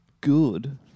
good